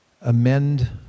amend